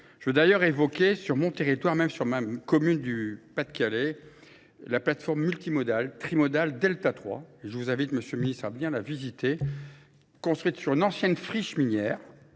Je veux d'ailleurs évoquer sur mon territoire, même sur ma commune du Pas-de-Calais, La plateforme multimodale, trimodale, delta 3, je vous invite M. le ministre à la visiter, construite sur une ancienne friche minière,